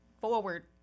forward